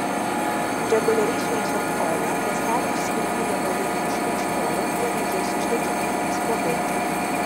reguliariai šveičiant odą ląstelių išskiriami riebalai neužkimš porų ir nekils uždegimai spuogai